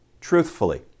truthfully